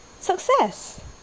Success